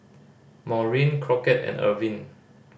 Maureen Crockett and Irving